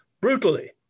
brutally